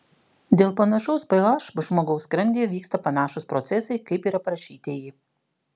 dėl panašaus ph žmogaus skrandyje vyksta panašūs procesai kaip ir aprašytieji